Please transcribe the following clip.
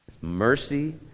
mercy